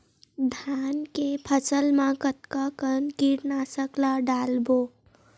धान के फसल मा कतका कन कीटनाशक ला डलबो?